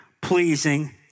pleasing